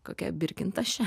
kokia birkin taše